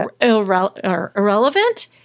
irrelevant